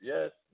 Yes